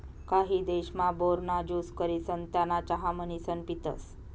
काही देशमा, बोर ना ज्यूस करिसन त्याना चहा म्हणीसन पितसं